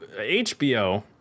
HBO